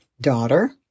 Daughter